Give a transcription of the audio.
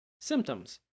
Symptoms